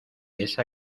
esa